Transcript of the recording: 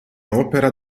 opera